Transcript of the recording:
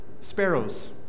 sparrows